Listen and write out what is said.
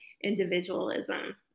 individualism